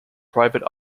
private